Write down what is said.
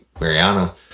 Mariana